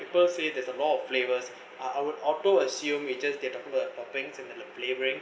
people say there's a lot of flavors are I will auto assume we just talk about toppings and the flavoring